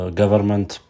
government